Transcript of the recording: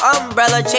Umbrella